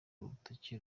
urutoki